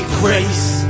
grace